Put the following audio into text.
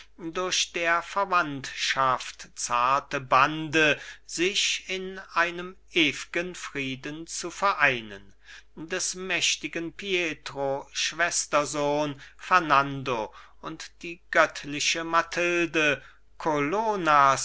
durch der verwandtschaft zarte bande sich in einem ewgen frieden zu vereinen des mächtigen pietro schwestersohn fernando und die göttliche mathilde colonnas